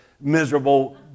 miserable